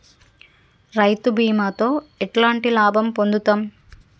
రైతు బీమాతో ఎట్లాంటి లాభం పొందుతం?